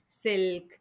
silk